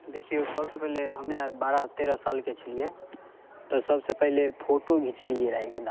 देखियौ सबसँ पहिले हम्मे आर बारह तेरह सालके छलियै तऽ सबसँ पहिले फोटो घीचलियै रऽ एकटा